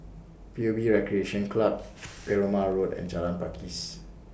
P U B Recreation Club Perumal Road and Jalan Pakis